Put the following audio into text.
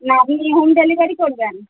না আপনি home delivery করবেন